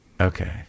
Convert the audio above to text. Okay